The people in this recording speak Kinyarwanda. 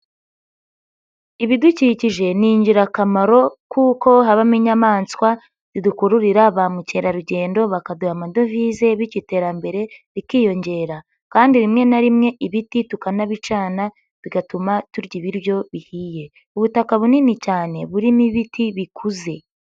Ibidukikije ni ingirakamaro kuko habamo inyamaswa zidukururira ba mukerarugendo bakaduha amadovize bityo iterambere rikiyongera, kandi rimwe na rimwe ibiti tukanabicana bigatuma turya ibiryo bihiye. Ubutaka bunini cyane burimo ibiti bikuze.